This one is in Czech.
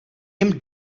jim